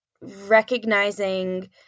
recognizing